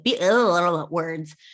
words